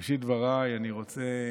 בראשית דבריי אני רוצה